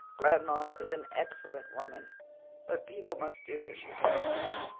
grandma is an excellent woman but people must do as she tells them.